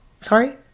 Sorry